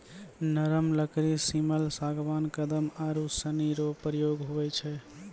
नरम लकड़ी सिमल, सागबान, कदम आरू सनी रो प्रयोग हुवै छै